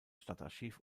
stadtarchiv